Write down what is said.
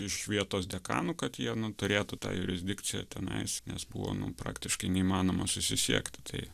iš vietos dekanų kad jie nu turėtų tą jurisdikciją tenais nes buvo nu praktiškai neįmanoma susisiekti tai